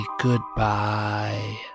goodbye